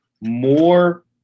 more